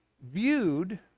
viewed